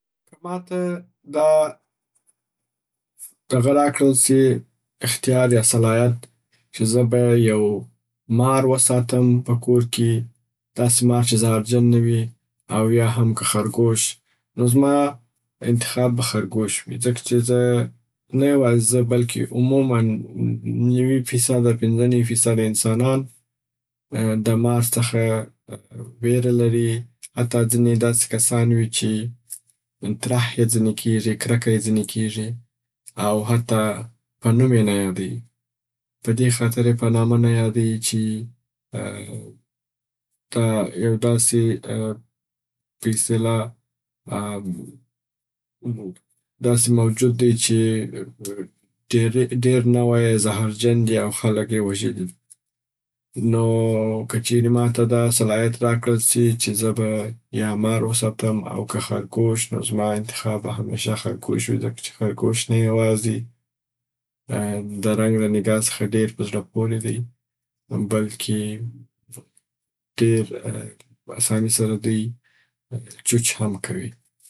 که ماته دا دغه راکړل سي اختیار یا صلاحیت چې زه به یو مار و ساتم په کور کې. داسي مار چې زهرجن نه وي او یا هم که خرګوش نو زما انتختاب به خرګوش وي. ځکه چې زه، نه یوازي زه بلکی عموماً نیوي فیصده پنځه نیوي فیصده انسان د مار څخه ویره لري. حتا ځیني داسی کسان وي چې طرح یې ځیني کیږي، کرکه یې ځیني کیږي او حتا په نوم یې نه یاديي. په دې خاطر یې په نامه نه یادیي چې په یو داسي په اصطلاح داسي موجود دی چې ډيري، ډیر نوعه یې زهرجن دي او خلک یې وژلي دي. نو که چیري ماته دا صلاحیت را کړل سوي چې زه به یا مار و ساتم او که خرګوش نو زما انتخاب به همشه خرګوش وي ځکه چې خرګوش نه یوازی د رنګ د نګاه څخه ډېر په زړه پوري دی بلکی په ډېر اساني سره دوی چوچ هم کوي.